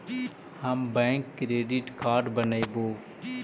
हम bank credit card बनैवो?